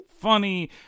funny